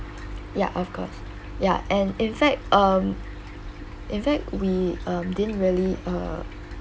ya of course ya and in fact um in fact we um didn't really uh